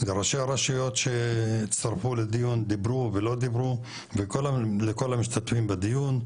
לראשי הרשויות שהצטרפו לדיון דיברו ולא דיברו ולכל המשתתפים בדיון,